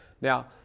Now